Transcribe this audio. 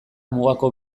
mugako